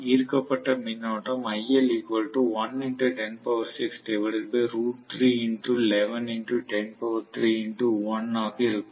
ஈர்க்கப்பட்ட மின்னோட்டம் ஆக இருக்கும்